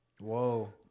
Whoa